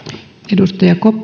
arvoisa